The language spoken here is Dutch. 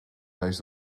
reis